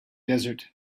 desert